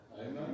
amen